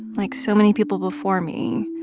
like so many people before me,